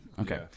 Okay